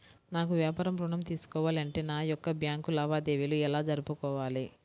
నాకు వ్యాపారం ఋణం తీసుకోవాలి అంటే నా యొక్క బ్యాంకు లావాదేవీలు ఎలా జరుపుకోవాలి?